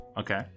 Okay